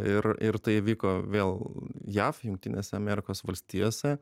ir ir tai įvyko vėl jav jungtinėse amerikos valstijose